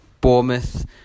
Bournemouth